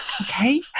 okay